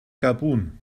gabun